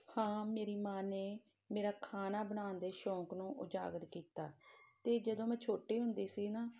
ਹਾਂ ਮੇਰੀ ਮਾਂ ਨੇ ਮੇਰਾ ਖਾਣਾ ਬਣਾਉਣ ਦੇ ਸ਼ੌਕ ਨੂੰ ਉਜਾਗਰ ਕੀਤਾ ਅਤੇ ਜਦੋਂ ਮੈਂ ਛੋਟੀ ਹੁੰਦੀ ਸੀ ਨਾ